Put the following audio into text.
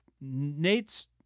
Nate's